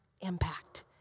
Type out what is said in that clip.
impact